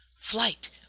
flight